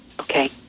Okay